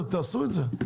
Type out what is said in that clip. תעשו את זה.